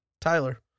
Tyler